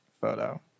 photo